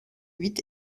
huit